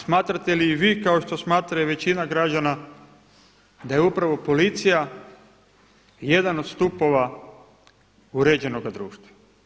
A smatrate li i vi kao što smatra i većina građana da je upravo policija jedan od stupova uređenoga društva?